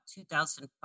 2005